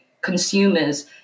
consumers